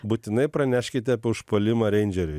būtinai praneškite apie užpuolimą reindžeriui